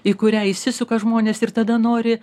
į kurią įsisuka žmonės ir tada nori